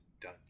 done